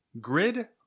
Grid